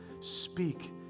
Speak